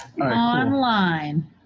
online